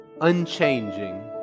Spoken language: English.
unchanging